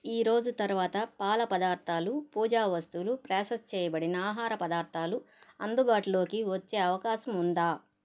ఈరోజు తరువాత పాల పదార్ధాలు పూజా వస్తువులు ప్రాసెస్ చేయబడిన ఆహార పదార్ధాలు అందుబాటులోకి వచ్చే అవకాశం ఉందా